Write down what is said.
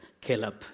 Caleb